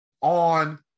on